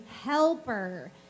helper